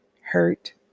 hurt